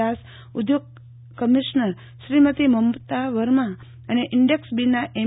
દાસ ઊદ્યોગ કમિશનર શ્રીમતી મમતા વર્મા અને ઇન્ડેક્ષ્ટ બી ના એમ